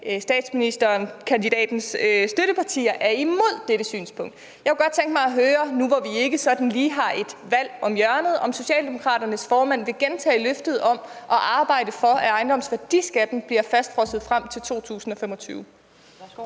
statsministerkandidatens støttepartier er imod dette synspunkt. Jeg kunne godt tænke mig at høre nu, hvor vi ikke sådan lige har et valg om hjørnet, om Socialdemokratiets formand vil gentage løftet om at arbejde for, at ejendomsværdiskatten bliver fastfrosset frem til 2025.